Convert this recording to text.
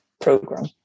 program